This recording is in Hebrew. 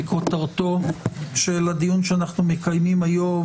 וכותרתו של הדיון שאנחנו מקיימים היום